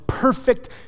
perfect